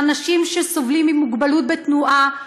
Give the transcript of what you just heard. שאנשים שסובלים מהגבלות בתנועה,